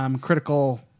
critical